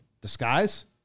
disguise